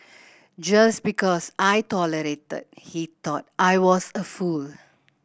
just because I tolerated he thought I was a fool